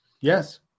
Yes